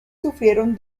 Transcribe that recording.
sufrieron